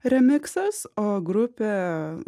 remiksas o grupė